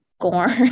Gorn